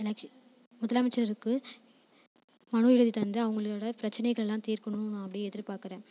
எலக்ஸ் முதலமைச்சருக்கு மனு எழுதி தந்து அவங்களோட பிரச்சனைகளெல்லாம் தீர்க்கணும் நான் அப்படி எதிர்பார்க்கறேன்